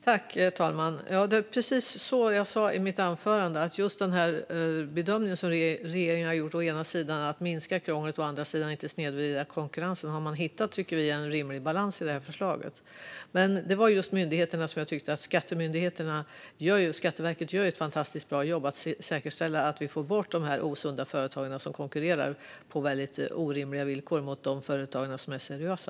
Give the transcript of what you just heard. Herr talman! Som jag sa i mitt anförande är det just den bedömningen som regeringen har gjort. Man har hittat en rimlig balans i förslaget mellan å ena sidan att minska krånglet och å andra sidan att inte snedvrida konkurrensen. Just Skatteverket gör ett fantastiskt bra jobb när det gäller att säkerställa att vi får bort osunda företag som konkurrerar på orimliga villkor i förhållande till de företag som är seriösa.